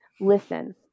Listen